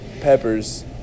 peppers